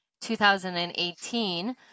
2018